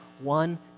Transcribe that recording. one